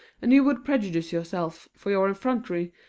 and you would prejudice yourself, for your effrontery,